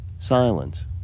Silence